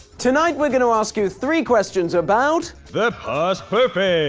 tonight we're going to ask you three questions about, the past perfect.